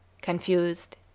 confused